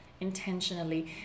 intentionally